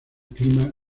clima